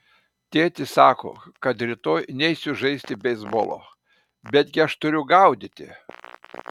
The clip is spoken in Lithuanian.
tėtis sako kad rytoj neisiu žaisti beisbolo betgi aš turiu gaudyti